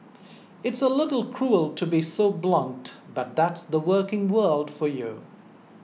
it's a little cruel to be so blunt but that's the working world for you